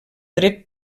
dret